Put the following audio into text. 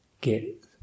get